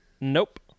Nope